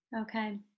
Okay